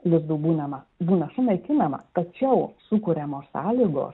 lizdų būnama būna sunaikinama tačiau sukuriamos sąlygos